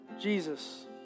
Jesus